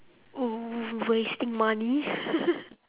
w~ wasting money